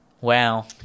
Wow